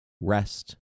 rest